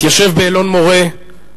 מתיישב באלון-מורה.